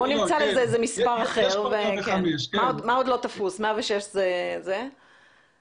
זה יועבר למשטרה להגשת תלונה וכו'.